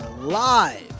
live